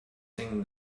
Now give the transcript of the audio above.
sing